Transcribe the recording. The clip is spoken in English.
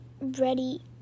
ready